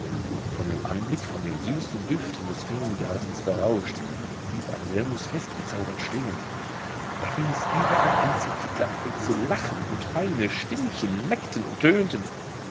von dem anblick von den süßen düften des feengartens berauscht blieb anselmus festgezaubert stehen da fing es überall an zu kickern und zu lachen und feine stimmchen neckten und höhnten